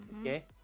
Okay